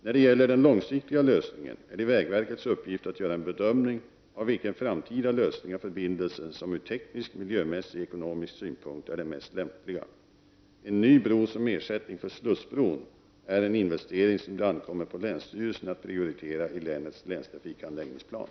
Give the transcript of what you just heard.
När det gäller den långsiktiga lösningen är det vägverkets uppgift att göra en bedömning av vilken framtida lösning av förbindelsen som ur teknisk, miljömässig och ekonomisk synpunkt är den mest lämpliga. En ny bro som ersättning för slussbron är en investering som det ankommer på länsstyrelsen att prioritera i länets länstrafikanläggningsplan.